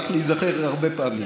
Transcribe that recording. צריך להיזכר הרבה פעמים.